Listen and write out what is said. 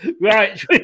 Right